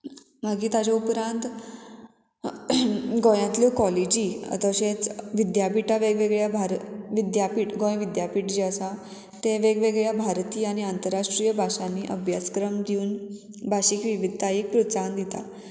मागीर ताज्या उपरांत गोंयांतल्यो कॉलेजी तशेंच विद्यापिठां वेगवेगळ्या भारत विद्यापीठ गोंय विद्यापीठ जें आसा ते वेगवेगळ्या भारतीय आनी आंतरराष्ट्रीय भाशांनी अभ्यासक्रम दिवन भाशीक विविधतायेक प्रोत्साहन दिता